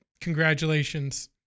Congratulations